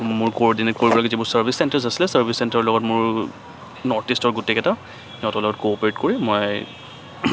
মোৰ ক'ৰ্দিনেট কৰিব service centre আছিলে চাৰ্ভিছ চেন্টাৰৰ লগত মোৰ নৰ্থ ইষ্টৰ গোটেইকেইটা সিহঁতৰ লগত ক'পাৰেট কৰি মই